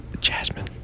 Jasmine